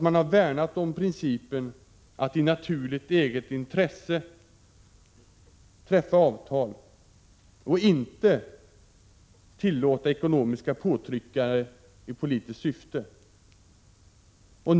Man har värnat om principen att i naturligt eget intresse träffa avtal och inte tillåta ekonomiska påtryckningar i politiskt syfte.